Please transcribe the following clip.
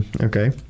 Okay